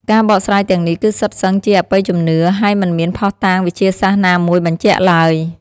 ការបកស្រាយទាំងនេះគឺសុទ្ធសឹងជាអបិយជំនឿ ហើយមិនមានភស្តុតាងវិទ្យាសាស្ត្រណាមួយបញ្ជាក់ឡើយ។